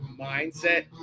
mindset